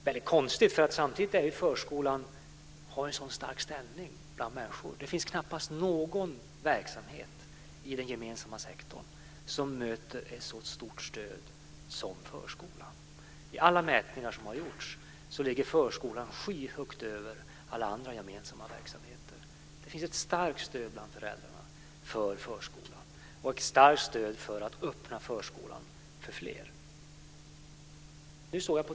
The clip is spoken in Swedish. Det är konstigt eftersom förskolan har en så stark ställning bland människor. Det finns knappast någon verksamhet i den gemensamma sektorn som har ett så stort stöd som förskolan. I alla mätningar som har gjorts ligger förskolan skyhögt över alla andra gemensamma verksamheter. Det finns ett starkt stöd bland föräldrarna för förskolan och för att öppna förskolan för fler.